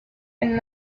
and